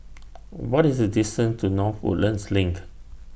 What IS The distance to North Woodlands LINK